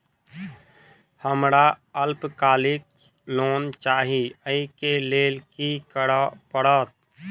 हमरा अल्पकालिक लोन चाहि अई केँ लेल की करऽ पड़त?